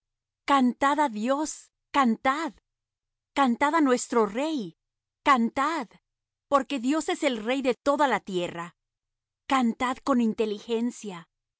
á dios cantad cantad á nuestro rey cantad porque dios es el rey de toda la tierra cantad con inteligencia